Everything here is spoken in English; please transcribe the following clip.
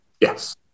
yes